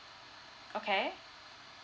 okay